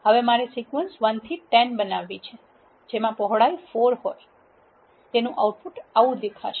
હવે મારે સિક્વન્સ 1 થી 10 બનાવવી છે જેમાં પહોડાઇ 4 હોય તેનં આઉટપુટ આવુ દેખાશે